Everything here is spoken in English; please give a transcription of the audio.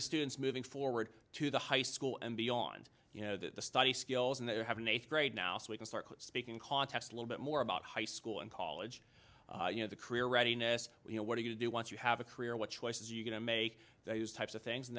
the students moving forward to the high school and beyond you know the study skills and they have an eighth grade now so we can start speaking context a little bit more about high school and college you know the career readiness you know what do you do once you have a career what choices are you going to make those types of things and